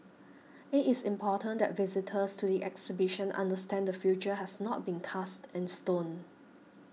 it is important that visitors to the exhibition understand the future has not been cast in stone